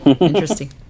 Interesting